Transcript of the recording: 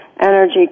energy